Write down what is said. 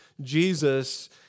Jesus